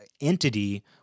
entity